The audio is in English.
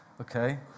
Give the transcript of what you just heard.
Okay